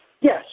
Yes